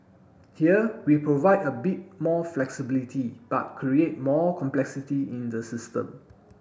here we provide a bit more flexibility but create more complexity in the system